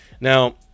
Now